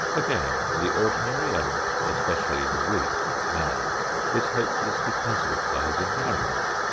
again, the ordinary and especially the weak man is hopelessly puzzled by his environment.